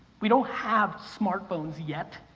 we don't have smartphones yet.